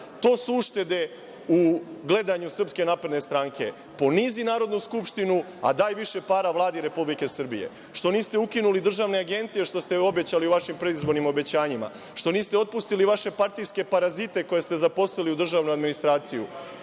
su uštede u gledanju SNS. Ponizi Narodnu skupštinu, a daj više para Vladi Republike Srbije. Što niste ukinuli državne agencije, što ste obećali u vašim predizbornim obećanjima? Što niste otpustili vaše partijske parazite koje ste zaposlili u državnu administraciju?